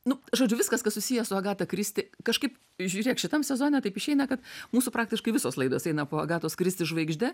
nu žodžiu viskas kas susiję su agata kristi kažkaip žiūrėk šitam sezone taip išeina kad mūsų praktiškai visos laidos eina po agatos kristi žvaigžde